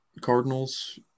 Cardinals